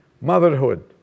Motherhood